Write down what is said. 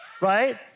right